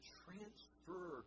transfer